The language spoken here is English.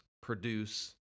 produce